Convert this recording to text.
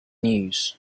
news